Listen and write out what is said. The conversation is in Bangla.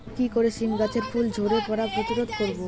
কি করে সীম গাছের ফুল ঝরে পড়া প্রতিরোধ করব?